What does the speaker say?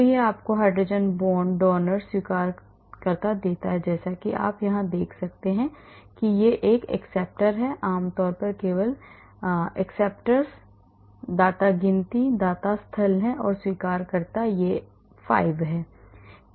तो यह आपको हाइड्रोजन बांड दाता स्वीकर्ता देता है जैसा कि आप देख सकते हैं कि स्वीकारकर्ता हैं आम तौर पर वे केवल स्वीकारकर्ता दाता गिनती दाता स्थल हैं स्वीकारकर्ता यह 5 है